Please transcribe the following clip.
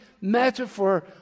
metaphor